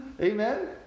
Amen